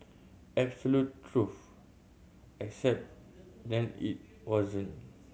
absolute truth except then it wasn't